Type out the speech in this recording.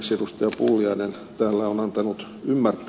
pulliainen täällä on antanut ymmärtää